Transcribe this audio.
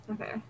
Okay